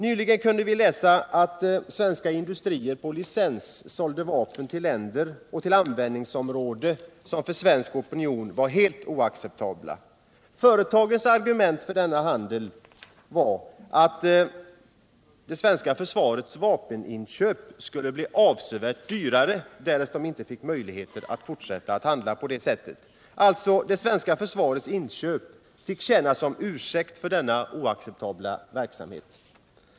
Nyligen kunde vi läsa att svenska industrier på licens sålde vapen till länder och användningsområden som för svensk opinion var helt oacceptabla. Företagens argument för denna handel var att det svenska försvarets vapeninköp skulle bli avsevärt dyrare, därest de inte fick möjligheter att fortsätta att handla på det sättet. Det svenska försvarets inköp fick alltså tjäna som ursäkt för denna oacceptabla verksamhet.